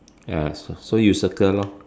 ya so so you circle lor